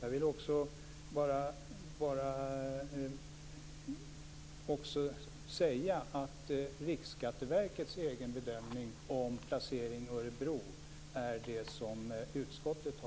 Jag vill också säga att utskottet har följt Riksskatteverkets bedömning när det gäller placering i Örebro.